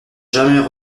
jamais